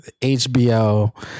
hbo